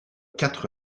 quatre